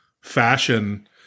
fashion